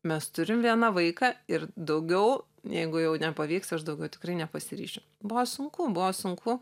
mes turim vieną vaiką ir daugiau jeigu jau nepavyks aš daugiau tikrai nepasiryšiu buvo sunku buvo sunku